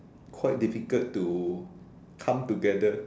quite difficult to come together